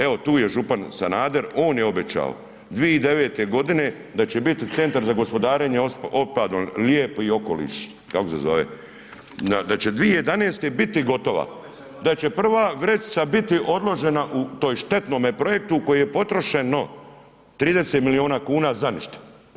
Evo tu ej župan Sanader, on je obećao 2009. g. da će biti centar za gospodarenje otpadom lijepi okoliš, kako se zove, da će 2011. biti gotova, da će prva vrećica biti odložena u tom štetnom projektu u kojem je potrošeno 30 milijuna kuna za ništa.